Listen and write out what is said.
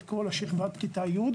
את כל שכבת כיתה י',